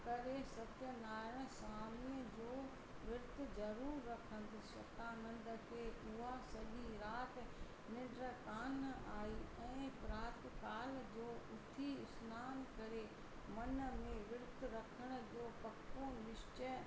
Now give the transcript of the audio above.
करे सत्यनारायण स्वामीअ जो विर्तु ज़रूरु रखंदुसि शतानंद खे उहा सॼी राति निंढ्र कोन आई ऐं प्रात काल जो उथी स्नान करे मन में वृत रखण जो पको निश्चय